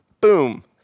Boom